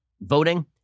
voting